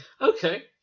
Okay